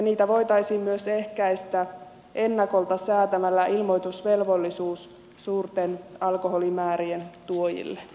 niitä voitaisiin myös ehkäistä ennakolta säätämällä ilmoitusvelvollisuus suurten alkoholimäärien tuojille